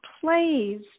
plays